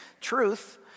truth